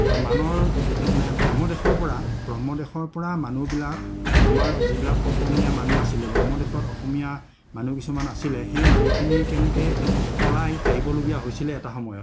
মানৰ মানে ব্ৰহ্মদেশৰ পৰা ব্ৰহ্ম দেশৰ পৰা মানুহবিলাক আমাৰ যিবিলাক অসমীয়া মানুহ আছিলে ব্ৰহ্ম দেশত অসমীয়া মানুহ কিছুমান আছিলে সেই মানুহখিনি কেনেকে পলাই আহিবলগীয়া হৈছিলে এটা সময়ত